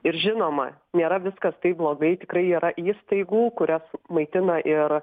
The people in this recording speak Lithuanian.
ir žinoma nėra viskas taip blogai tikrai yra įstaigų kurios maitina ir